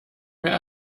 mehr